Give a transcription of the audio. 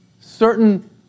certain